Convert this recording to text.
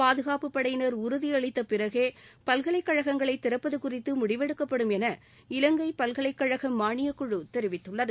பாதுகாப்புப் படையினர் உறுதியளித்த பிறகே பல்கலைக் கழகங்களை திறப்பது குறித்து முடிவெடுக்கப்படும் என இலங்கை பல்கலைக் கழக மானியக்குழு தெரிவித்துள்ளது